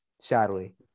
Sadly